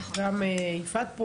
גם יפעת פה,